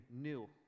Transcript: new